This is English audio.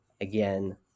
again